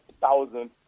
thousand